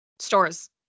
Stores